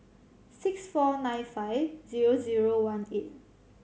six four nine five zero zero one eight